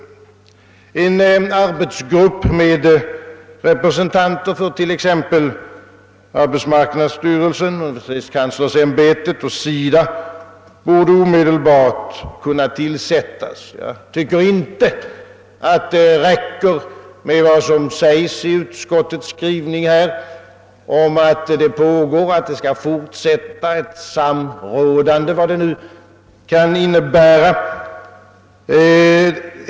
En arbetsgrupp med representanter för t.ex. arbetsmarknadsstyrelsen, universitetskanslersämbetet och SIDA borde omedelbart kunna tillsättas. Jag tycker inte, att det räcker med vad som sägs i utskottets skrivning om att ett samråd pågår och skall fortsätta, vad det nu kan innebära.